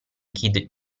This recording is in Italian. kid